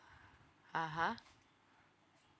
(uh huh)